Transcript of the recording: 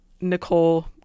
nicole